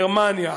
גרמניה,